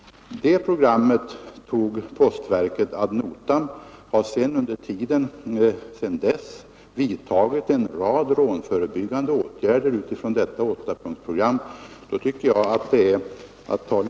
Det programmet tog postverket ad notam och har under tiden sedan dess utifrån detta åttapunktsprogram vidtagit en rad rånförebyggande åtgärder.